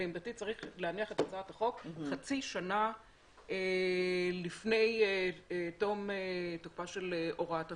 לעמדתי צריך להניח את הצעת החוק לחצי שנה לפני תום תוקפה של הוראת השעה.